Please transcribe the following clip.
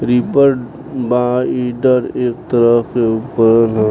reaper binder एक तरह के उपकरण ह